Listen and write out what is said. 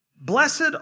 Blessed